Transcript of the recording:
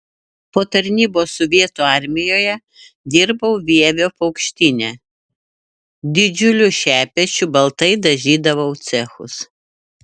po tarnybos sovietų armijoje dirbau vievio paukštyne didžiuliu šepečiu baltai dažydavau cechus